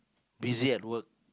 busy at work